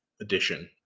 edition